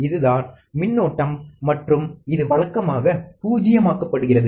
இது தான் மின்னோட்டம் மற்றும் இது வழக்கமாக பூஜ்யமாக்கப்படுகிறது